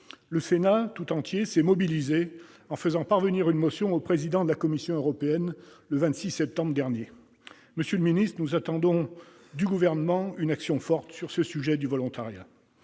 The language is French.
Le Sénat tout entier s'est mobilisé en faisant parvenir une motion au président de la Commission européenne le 26 septembre dernier. Monsieur le secrétaire d'État, nous attendons du Gouvernement une action forte sur la question du volontariat.